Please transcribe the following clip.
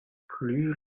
plus